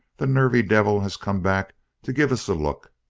the nervy devil has come back to give us a look.